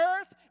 earth